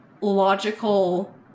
logical